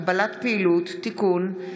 הגבלת פעילות) (תיקון),